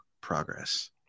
progress